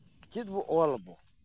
ᱪᱮᱫᱵᱚᱱ ᱚᱞ ᱟᱵᱚᱱ